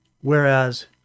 Whereas